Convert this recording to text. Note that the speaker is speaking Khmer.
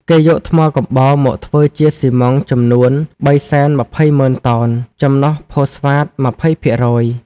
គេយកថ្មកំបោរមកធ្វើជាស៊ីម៉ង់ចំនួន ៣២០.០០០ តោន ចំនុះផូស្វាត ២០ភាគរយ។